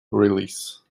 release